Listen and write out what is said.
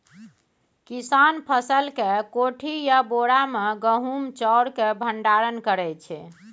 किसान फसल केँ कोठी या बोरा मे गहुम चाउर केँ भंडारण करै छै